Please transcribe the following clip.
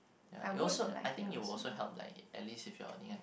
ya it also I think it will also help like at least if your earning